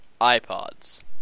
iPods